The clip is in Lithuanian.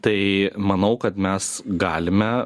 tai manau kad mes galime